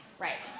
right,